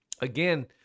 again